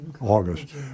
August